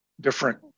different